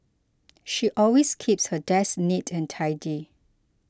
she always keeps her desk neat and tidy